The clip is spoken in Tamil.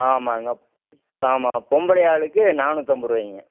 ஆமாம்ங்க ஆமாம் பொம்பளையாளுக்கு நானூற்றிம்பது ரூவாய்ங்க